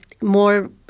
More